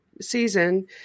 season